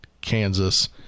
Kansas